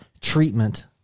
treatment